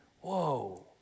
whoa